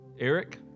Eric